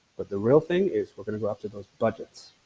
but the real thing is, we're going to go after those budgets.